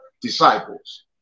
disciples